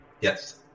Yes